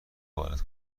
وارد